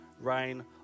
rain